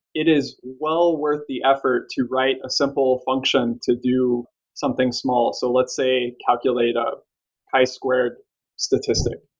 it is well worth the effort to write a simple function to do something small. so let's say calculate a high squared statistic.